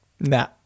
Nah